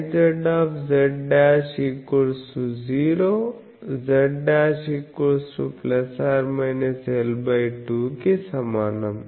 BC2 Izz'0 z'± l2 కి సమానం